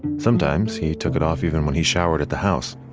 sometimes he took it off even when he showered at the house.